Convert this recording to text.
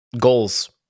Goals